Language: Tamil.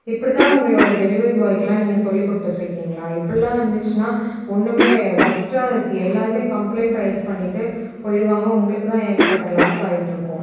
இப்படிதான் உங்களோடய டெலிவரி பாய்க்கெலாம் நீங்கள் சொல்லிக் கொடுத்துகிட்ருக்கீங்களா இப்படிலாம் இருந்துச்சுன்னால் ஒன்றுமே ஒர்ஸ்டாக இருக்குது எல்லாேருமே கம்ப்ளைண்ட் ரைஸ் பண்ணிவிட்டு போய்விடுவாங்க உங்களுக்கு தான் ஏகப்பட்ட லாஸ் ஆகிட்ருக்கும்